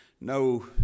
no